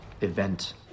event